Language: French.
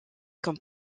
comme